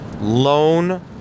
loan